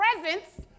presence